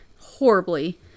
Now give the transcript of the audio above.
horribly